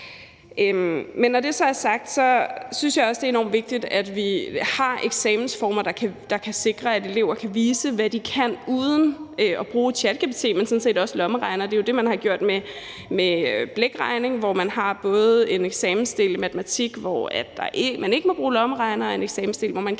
er enormt vigtigt, at vi har eksamensformer, der kan sikre, at elever kan vise, hvad de kan uden at bruge ChatGPT, men sådan set også lommeregnere. Det er jo det, man har gjort med blækregning, hvor man både har en eksamensdel i matematik, hvor man ikke må bruge lommeregner, og en eksamensdel, hvor man kan